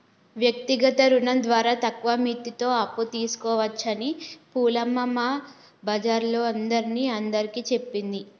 వ్యక్తిగత రుణం ద్వారా తక్కువ మిత్తితో అప్పు తీసుకోవచ్చని పూలమ్మ మా బజారోల్లందరిని అందరికీ చెప్పింది